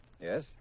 Yes